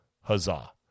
huzzah